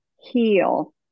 heal